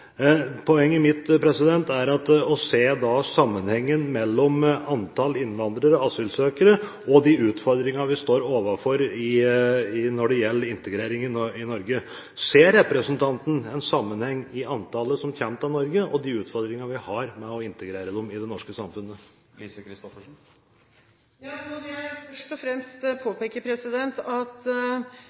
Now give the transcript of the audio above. Poenget mitt er å se sammenhengen mellom antall innvandrere, asylsøkere, og de utfordringene vi står overfor når det gjelder integrering i Norge. Ser representanten en sammenheng mellom antallet som kommer til Norge, og de utfordringene vi har med å integrere dem i det norske samfunnet? Nå vil jeg først og fremst påpeke at